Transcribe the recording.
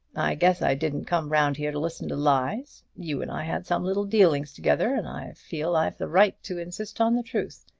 i guess i didn't come round here to listen to lies. you and i had some little dealings together and i feel i've the right to insist on the truth.